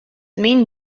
main